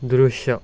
दृश्य